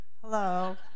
hello